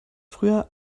früher